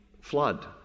flood